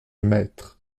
mètres